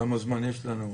כמה זמן יש לנו?